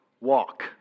walk